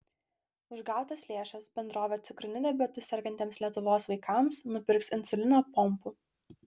už gautas lėšas bendrovė cukriniu diabetu sergantiems lietuvos vaikams nupirks insulino pompų